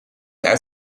uit